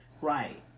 right